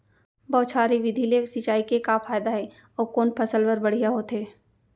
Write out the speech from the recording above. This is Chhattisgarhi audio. बौछारी विधि ले सिंचाई के का फायदा हे अऊ कोन फसल बर बढ़िया होथे?